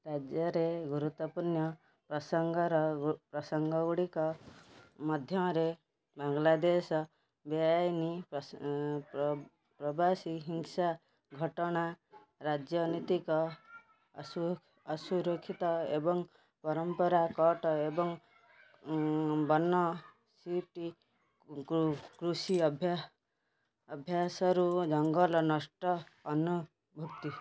ରାଜ୍ୟରେ ଗୁରୁତ୍ୱପୂର୍ଣ୍ଣ ପ୍ରସଙ୍ଗର ପ୍ରସଙ୍ଗଗୁଡ଼ିକ ମଧ୍ୟରେ ବାଂଲାଦେଶ ବେଆଇନ ପ୍ରବାସୀ ହିଂସା ଘଟଣା ରାଜନିତୀକ ଅସୁ ଅସୁରକ୍ଷିତ ଏବଂ ପାରମ୍ପରା କଟ୍ ଏବଂ ବର୍ନ ସିଫ୍ଟ କୃଷି ଅଭ୍ୟା ଅଭ୍ୟାସରୁ ଜଙ୍ଗଲ ନଷ୍ଟ ଅନ୍ତର୍ଭୁକ୍ତ